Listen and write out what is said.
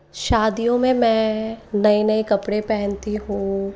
शादियों में मैं नए नए कपड़े पहनती हूँ